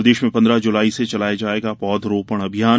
प्रदेश में पन्द्रह जुलाई से चलाया जायेगा पौध रोपण अभियान